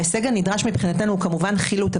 ההישג הנדרש הוא כמובן חילוט,